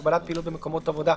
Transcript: הקורונה החדש (הוראת שעה) (הגבלת פעילות במקומות עבודה),